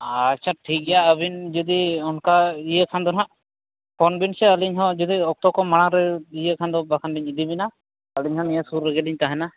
ᱟᱪᱪᱷᱟ ᱴᱷᱤᱠᱜᱮᱭᱟ ᱟᱹᱵᱤᱱ ᱡᱩᱫᱚ ᱚᱱᱠᱟ ᱤᱭᱟᱹᱠᱷᱟᱱ ᱫᱚ ᱱᱟᱦᱟᱜ ᱯᱷᱳᱱ ᱵᱤᱱ ᱥᱮ ᱟᱹᱞᱤᱧᱦᱚᱸ ᱡᱩᱫᱤ ᱚᱠᱛᱚᱠᱚ ᱢᱟᱲᱟᱝ ᱨᱮ ᱤᱭᱟᱹᱠᱷᱟᱱᱫᱚ ᱵᱟᱠᱷᱟᱱᱞᱤᱧ ᱤᱫᱤᱵᱤᱱᱟ ᱟᱹᱞᱤᱧ ᱦᱚᱸ ᱱᱤᱭᱟᱹ ᱥᱩᱨ ᱨᱮᱜᱮᱞᱤᱧ ᱛᱟᱦᱮᱱᱟ